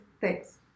thanks